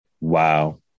Wow